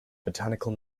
botanical